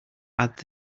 add